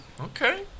okay